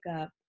up